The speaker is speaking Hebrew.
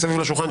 מסביב לשולחן,